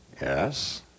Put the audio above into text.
Yes